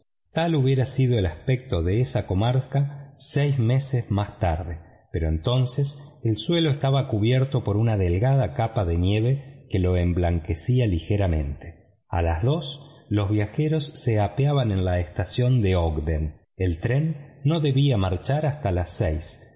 tal hubiera sido el aspecto de esa comarca seis meses más tarde pero entonces el suelo estaba cubierto por una delgada capa de nieve que lo emblanquecía ligeramente a las dos los viajeros se apeaban en la estación de odgen el tren no debía marchar hasta las seis